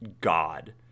god